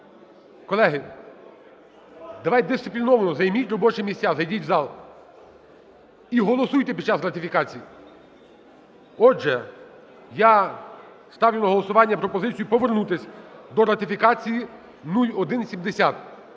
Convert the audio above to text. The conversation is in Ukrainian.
Колеги, давайте дисципліновано займіть робочі місця, зайдіть в зал і голосуйте під час ратифікацій. Отже, я ставлю на голосування пропозицію повернутися до ратифікації 0170.